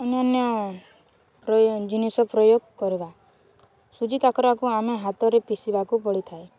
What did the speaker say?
ଅନ୍ୟାନ୍ୟ ଜିନିଷ ପ୍ରୟୋଗ କରିବା ସୁଜି କାକରାକୁ ଆମେ ହାତରେ ପିଶିବାକୁ ପଡ଼ିଥାଏ